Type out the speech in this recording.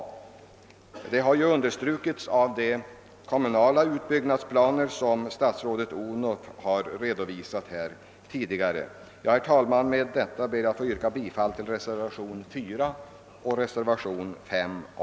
Detta har också understrukits av de kommunala utbyggnadsplaner som statsrådet Odhnoff har redovisat här tidigare. Herr talman! Med det anförda ber jag att få yrka bifall till reservationerna 4 och 5 a.